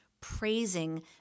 praising